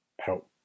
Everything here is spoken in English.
help